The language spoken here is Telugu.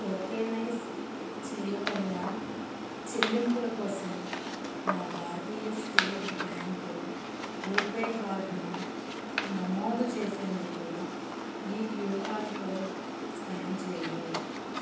టోకెనైజ్ చేయబడిన చెల్లింపుల కోసం నా భారతీయ స్టేట్ బ్యాంకు రూపే కార్డును నమోదు చేసేందుకు ఈ క్యూఆర్ కోడ్ స్కాన్ చేయుము